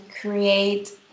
create